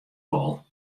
wol